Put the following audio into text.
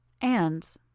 And